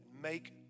Make